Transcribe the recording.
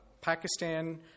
Pakistan